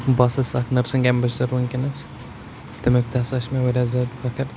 بَہٕ ہَسا چھُس اَکھ نٔرسِنٛگ اٮ۪مبیسڈَر وٕنۍکٮ۪نَس تَمیُک تہِ ہَسا چھِ مےٚ واریاہ زیادٕ فَخٕر